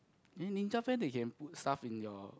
Nin~ Ninja Van they can put stuff in your